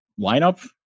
lineup